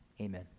Amen